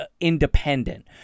independent